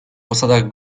posadach